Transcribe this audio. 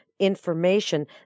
information